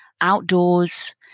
outdoors